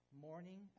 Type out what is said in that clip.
Morning